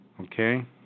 Okay